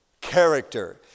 character